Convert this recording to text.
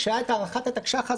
כשהייתה הארכת התקש"ח אז,